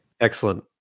excellent